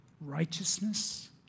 Righteousness